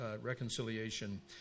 reconciliation